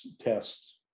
tests